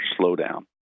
slowdown